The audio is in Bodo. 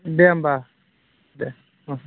दे होमब्ला दे ओम